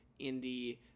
indie